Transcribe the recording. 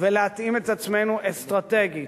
ולהתאים את עצמנו אסטרטגית,